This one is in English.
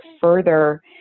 further